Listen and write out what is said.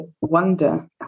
wonder